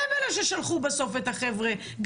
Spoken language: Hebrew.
הם אלה ששלחו בסוף את החבר'ה,